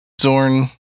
Zorn